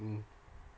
mmhmm